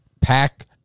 pack